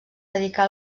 dedicà